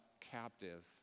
captive